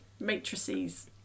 matrices